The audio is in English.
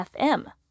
FM